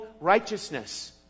righteousness